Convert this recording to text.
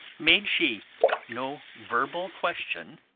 made she no verbal question?